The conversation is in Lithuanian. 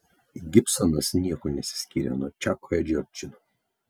gibsonas niekuo nesiskyrė nuo čako edžio ir džino